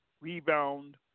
rebound